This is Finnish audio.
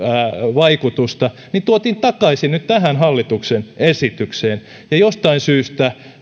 vaikutusta tuotiin takaisin nyt tähän hallituksen esitykseen ja jostain syystä